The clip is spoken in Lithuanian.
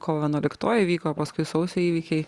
kovo vienuoliktoji vyko paskui sausio įvykiai